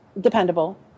dependable